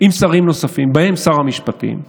עם שרים נוספים, ובהם שר המשפטים,